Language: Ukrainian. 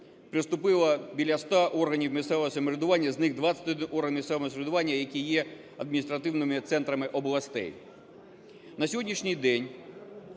приступило біля 100 органів місцевого самоврядування, з них 21 орган місцевого самоврядування які є адміністративними центрами областей. На сьогоднішній день